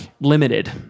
Limited